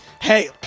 Hey